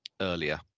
earlier